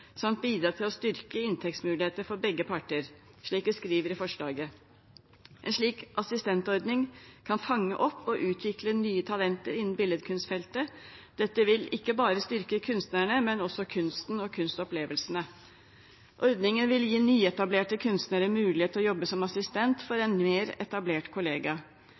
samt bidra til å styrke inntektsmulighetene for begge parter, slik det skrives i forslaget. En slik assistentordning kan fange opp og utvikle nye talenter innen billedkunstfeltet. Dette vil ikke bare styrke kunstnerne, men også kunsten og kunstopplevelsene. Ordningen vil gi nyetablerte kunstnere mulighet til å jobbe som assistent for en mer etablert kollega.